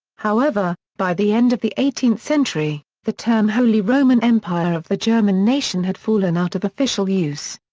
however, by the end of the eighteenth century, the term holy roman empire of the german nation had fallen out of official use.